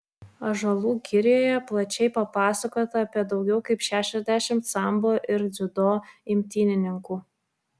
ąžuolų girioje plačiai papasakota apie daugiau kaip šešiasdešimt sambo ir dziudo imtynininkų